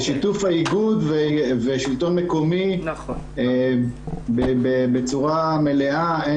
בשיתוף האיגוד ושלטון מקומי בצורה מלאה.